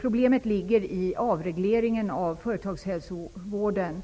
Problemet ligger i avregleringen av företagshälsovården.